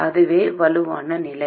இதுவே வலுவான நிலை